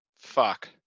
fuck